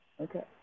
Okay